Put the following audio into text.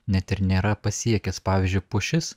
net ir nėra pasiekęs pavyzdžiui pušis